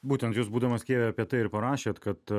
būtent jūs būdamas kijeve apie tai ir parašėt kad